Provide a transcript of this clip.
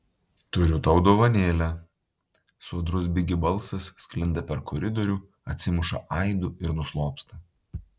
turiu tau dovanėlę sodrus bigi balsas sklinda per koridorių atsimuša aidu ir nuslopsta